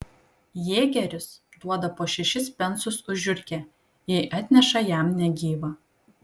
jėgeris duoda po šešis pensus už žiurkę jei atneša jam negyvą